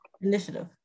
initiative